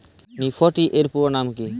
Nifty এর পুরোনাম কী?